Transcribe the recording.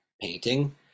painting